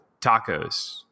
tacos